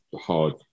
hard